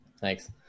Thanks